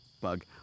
bug